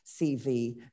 CV